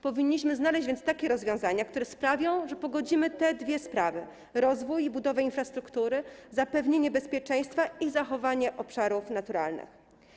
Powinniśmy znaleźć więc takie rozwiązania, które sprawią, że pogodzimy te dwie sprawy, rozwój i budowę infrastruktury, zapewnienie bezpieczeństwa i zachowanie obszarów naturalnych.